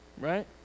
right